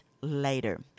later